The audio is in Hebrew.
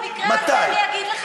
במקרה הזה אני אגיד לך,